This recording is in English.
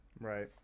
right